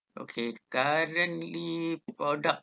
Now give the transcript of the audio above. okay currently products